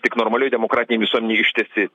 tik normalioj demokratinėj visuomenėj ištesėt